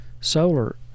solar